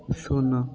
ଶୂନ